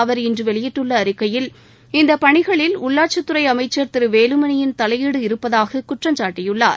அவர் இன்றுவெளியிட்டுள்ளஅறிக்கையில் இந்தபணிகளில் உள்ளாட்சித்துறைஅமைச்சர் திருவேலுமணியின் தலையீடு இருப்பதாகக் குற்றம்சாட்டியுள்ளார்